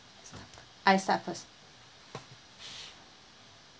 I start first